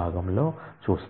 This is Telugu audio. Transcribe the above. భాగంలో చూస్తారు